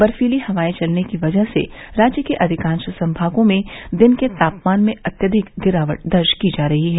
बर्फीली हवाएं चलने की वजह से राज्य के अधिकांश संभागों में दिन के तापमान में अत्यधिक गिरावट दर्ज की जा रही है